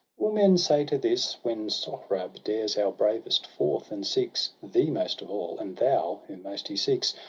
will men say to this, when sohrab dares our bravest forth, and seeks thee most of all, and thou, whom most he seeks,